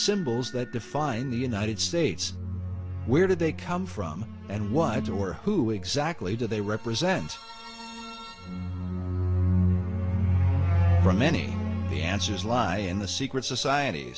symbols that define the united states where did they come from and why do or who exactly do they represent the many the answers lie in the secret societ